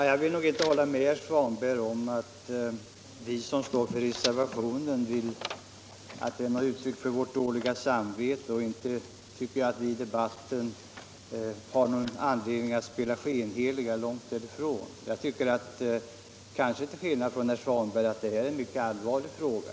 Herr talman! Jag håller inte med herr Svanberg om att reservationen är uttryck för reservanternas dåliga samvete. Inte tycker jag att vi i debatten har någon anledning att spela skenheliga — långt därifrån. Jag tycker — kanske till skillnad från herr Svanberg — att detta är en mycket allvarlig fråga.